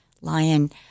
Lion